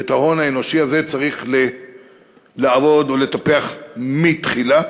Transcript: ועל ההון האנושי הזה צריך לעבוד ולטפח אותו מתחילה.